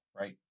right